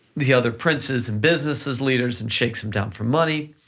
the other princes and businesses leaders and shake some down for money.